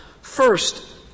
First